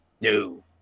No